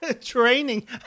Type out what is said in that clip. Training